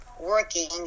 working